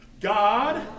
God